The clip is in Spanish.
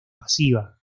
pasiva